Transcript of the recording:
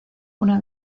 una